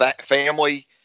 family